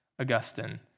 Augustine